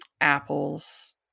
apples